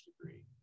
degree